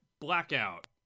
Blackout